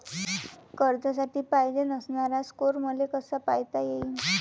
कर्जासाठी पायजेन असणारा स्कोर मले कसा पायता येईन?